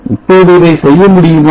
இப்போது இதை செய்ய முடியுமா